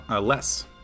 less